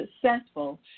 successful